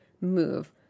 move